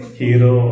hero